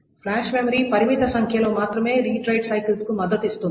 flash memory పరిమిత సంఖ్యలో మాత్రమే రీడ్ రైట్ సైకిల్స్ కు మద్దతు ఇస్తుంది